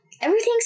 everything's